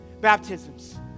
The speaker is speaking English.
baptisms